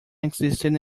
existed